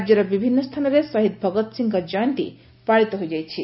ରାଜ୍ୟର ବିଭିନ୍ନ ସ୍ଥାନରେ ଶହୀଦ୍ ଭଗତ୍ ସିଂଙ୍କ ଜୟନ୍ତୀ ପାଳିତ ହୋଇଯାଇଛି